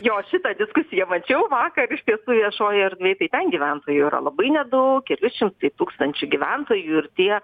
jo šitą diskusiją mačiau vakar iš tiesų viešojoj erdvėj tai ten gyventojų yra labai nedaug keli šimtai tūkstančių gyventojų ir tie